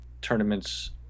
tournaments